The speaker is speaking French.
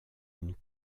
une